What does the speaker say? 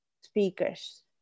speakers